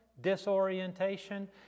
disorientation